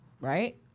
Right